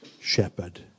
shepherd